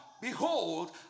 Behold